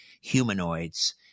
humanoids